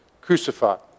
crucified